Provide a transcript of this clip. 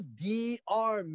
dr